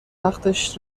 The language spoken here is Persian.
وقتش